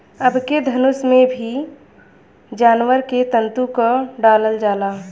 अबके धनुष में भी जानवर के तंतु क डालल जाला